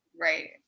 right